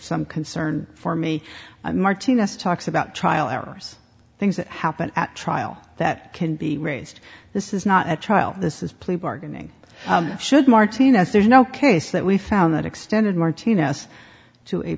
some concern for me martinez talks about trial errors things that happen at trial that can be raised this is not a trial this is plea bargaining should martinez there's no case that we found that extended martinez to a